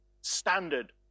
standard